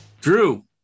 Drew